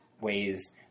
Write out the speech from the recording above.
ways